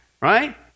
right